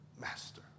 master